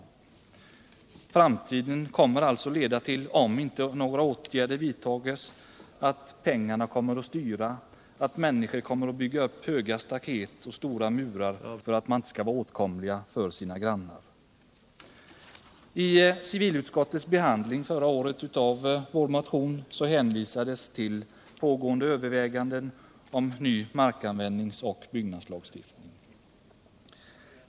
I framtiden kommer, om åtgärder inte vidtas, pengarna att styra OSS. Människorna kommer att bygga upp höga staket och murar för att inte vara åtkomliga för sina grannar. Civilutskottet hänvisade vid sin behandling förra året av vår motion till pågående överläggningar om ny markanvändningsoch byggnadslagstiftning.